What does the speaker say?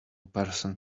person